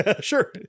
Sure